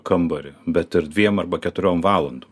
kambarį bet ir dviem arba keturiom valandom